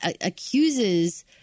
accuses